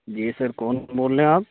جی sir کون بول رہے ہیں آپ